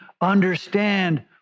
understand